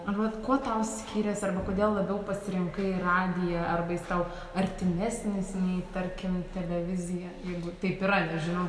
a vat kuo tau skyrės arba kodėl labiau pasirinkai radiją arba jis tau artimesnis nei tarkim televizija jeigu taip yra nežinau